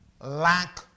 lack